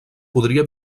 podria